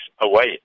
away